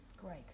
Great